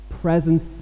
presence